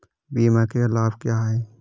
बीमा के लाभ क्या हैं?